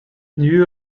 knew